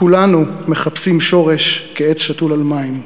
כולנו מחפשים שורש כעץ שתול על מים,